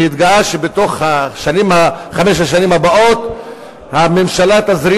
התגאה שבתוך חמש השנים הבאות הממשלה תזרים